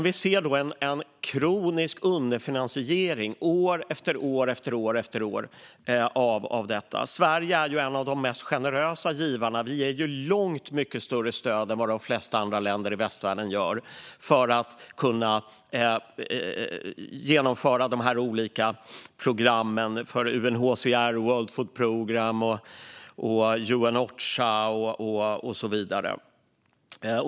Vi ser dock en kronisk underfinansiering av detta år efter år. Sverige är en av de mest generösa givarna och ger långt mycket större stöd än vad de flesta andra länder i västvärlden gör för att kunna genomföra de olika programmen för UNHCR, World Food Programme, UN Ocha och så vidare.